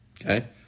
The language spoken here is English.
okay